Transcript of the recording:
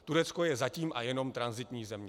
Turecko je zatím a jenom tranzitní země.